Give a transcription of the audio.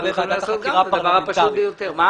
לא